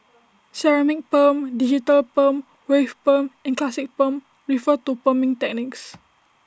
ceramic perm digital perm wave perm and classic perm refer to perming techniques